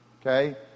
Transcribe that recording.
Okay